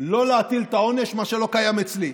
לא להטיל את העונש, מה שלא קיים אצלי.